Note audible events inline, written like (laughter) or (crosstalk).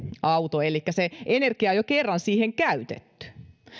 auto elikkä se (unintelligible) energia on jo kerran siihen käytetty